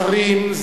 השרים,